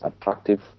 attractive